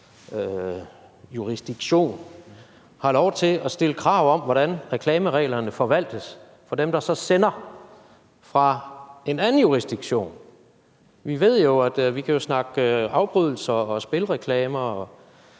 jurisdiktion har lov til at stille krav om, hvordan reklamereglerne forvaltes for dem, der så sender fra en anden jurisdiktion. Vi kan jo snakke afbrydelser og spilreklamer,